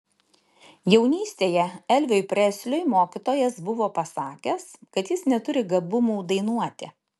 jaunystėje elviui presliui mokytojas buvo pasakęs kad jis neturi gabumų dainuoti